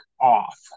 off